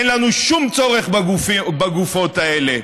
אין לנו שום צורך בגופות האלה.